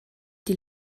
die